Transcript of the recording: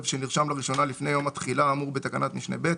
שנרשם לראשונה לפני יום התחילה האמור בתקנת משנה (ב),